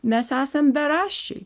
mes esam beraščiai